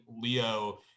Leo